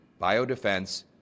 biodefense